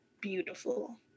Beautiful